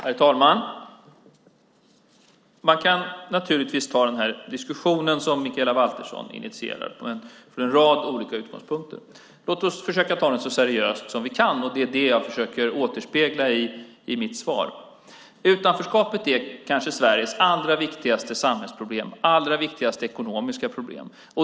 Herr talman! Man kan naturligtvis ta den här diskussionen som Mikaela Valtersson initierar ur en rad olika utgångspunkter. Låt oss försöka ta den så seriöst som vi kan. Det är det jag försöker återspegla i mitt svar. Utanförskapet är kanske Sveriges allra viktigaste samhällsproblem, allra viktigaste ekonomiska problem.